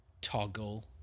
Toggle